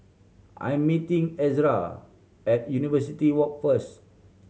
I am meeting Ezra at University Walk first